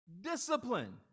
discipline